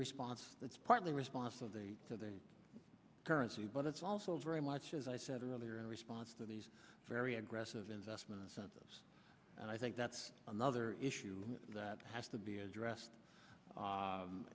response it's partly response to their currency but it's also very much as i said earlier in response to these very aggressive investment incentives and i think that's another issue that has to be addressed